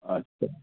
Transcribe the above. अच्छा